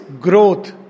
growth